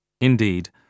Indeed